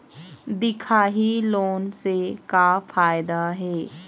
दिखाही लोन से का फायदा हे?